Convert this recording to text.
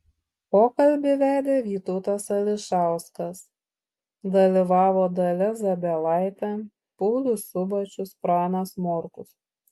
pokalbį vedė vytautas ališauskas dalyvavo dalia zabielaitė paulius subačius pranas morkus